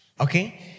okay